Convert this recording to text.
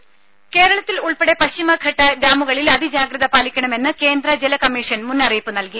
രുദ കേരളത്തിൽ ഉൾപ്പെടെ പശ്ചിമഘട്ട ഡാമുകളിൽ അതിജാഗ്രത പാലിക്കണമെന്ന് കേന്ദ്ര ജലകമ്മീഷൻ മുന്നറിയിപ്പ് നൽകി